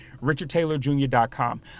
RichardTaylorJr.com